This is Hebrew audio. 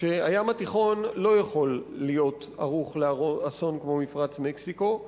שהים התיכון לא יכול להיות ערוך לאסון כמו מפרץ מקסיקו,